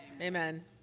Amen